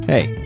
Hey